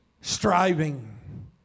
striving